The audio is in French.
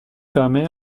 permet